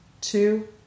two